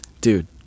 dude